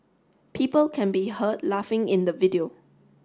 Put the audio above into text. people can be heard laughing in the video